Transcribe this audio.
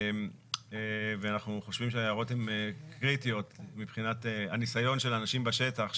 ואנחנו חושבים שההערות הן קריטיות מבחינת הניסיון של האנשים בשטח,